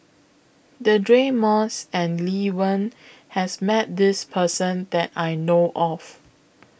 Deirdre Moss and Lee Wen has Met This Person that I know of